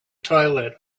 toilet